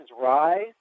rise